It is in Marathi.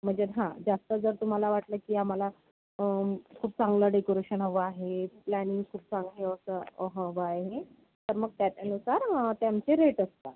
म्हणजे हां जास्त जर तुम्हाला वाटलं की आम्हाला खूप चांगलं डेकोरेशन हवं आहे प्लॅनिंग खूप चांगल असं हवं आहे तर मग त्या त्यानुसार ते आमचे रेट असतात